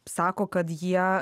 sako kad jie